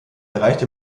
erreichte